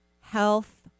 health